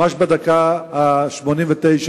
אנחנו ממש בדקה השמונים-ותשע,